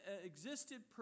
existed